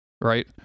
right